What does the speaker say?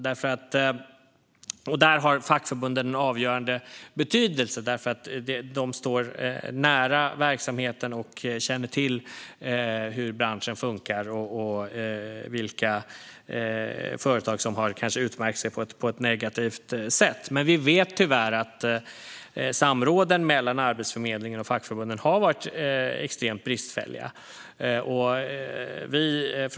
Där har fackförbunden en avgörande betydelse, eftersom de står nära verksamheten och känner till hur branschen funkar och vilka företag som har utmärkt sig på ett negativt sätt. Men vi vet tyvärr att samråden mellan Arbetsförmedlingen och fackförbunden har varit extremt bristfälliga.